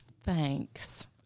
Thanks